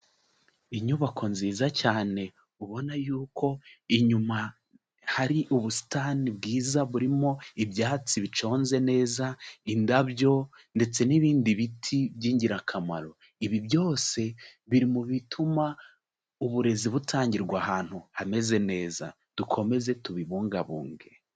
Inyubako nziza cyane ubona yuko inyuma hari ubusitani bwiza burimo ibyatsi biconze neza, indabyo ndetse n'ibindi biti by'ingirakamaro, ibi byose biri mu bituma uburezi butangirwa ahantu hameze neza, dukomeze tubibungabunge.